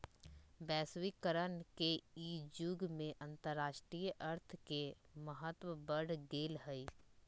वैश्वीकरण के इ जुग में अंतरराष्ट्रीय अर्थ के महत्व बढ़ गेल हइ